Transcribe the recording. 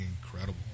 incredible